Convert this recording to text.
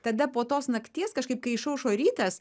tada po tos nakties kažkaip kai išaušo rytas